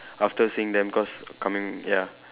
after seeing them cause coming ya